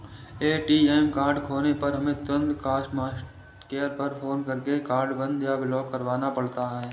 ATM card खोने पर हमें तुरंत कस्टमर केयर पर फ़ोन करके कार्ड बंद या ब्लॉक करवाना पड़ता है